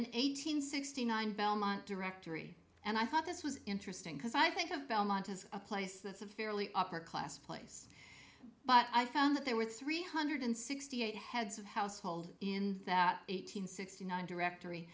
an eight hundred sixty nine belmont directory and i thought this was interesting because i think of belmont as a place that's a fairly upper class place but i found that there were three hundred sixty eight heads of household in that eight hundred sixty nine directory